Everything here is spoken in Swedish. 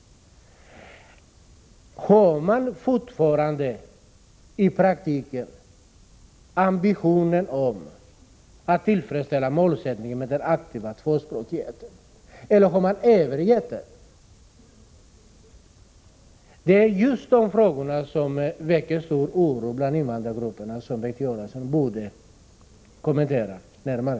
Har man fortfarande i praktiken ambitionen att nå målsättningen en aktiv tvåspråkighet, eller har man övergett den? Det är just dessa frågor som väcker stor oro bland invandrargrupperna och som Bengt Göransson borde kommentera närmare.